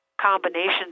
combinations